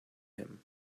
him